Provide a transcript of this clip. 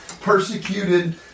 persecuted